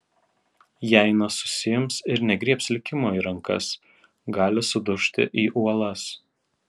jei nesusiims ir negriebs likimo į rankas gali sudužti į uolas